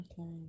okay